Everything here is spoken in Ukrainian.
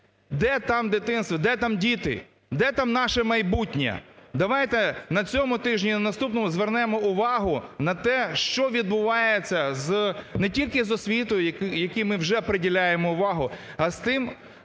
Де там дитинство, де там діти, де там наше майбутнє? Давайте на цьому тижні, на наступному звернемо увагу на те, що відбувається не тільки з освітою, якій ми вже приділяємо увагу, а з тими